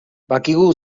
badakigu